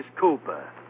cooper